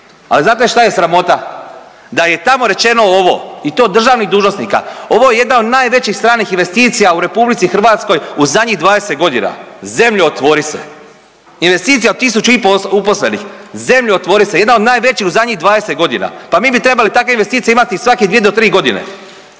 Ali znate šta je sramota? Da je tamo rečeno ovo i to državnih dužnosnika. Ovo je jedna od najvećih stranih investicija u RH u zadnjih 20 godina. Zemljo, otvori se! Investicija od tisuću i po' uposlenih. Zemljo, otvori se! Jedna od najvećih u zadnjih 20 godina. Pa mi bi trebali takve investicije imati svake 2 do 3 godine.